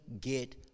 get